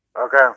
Okay